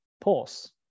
pause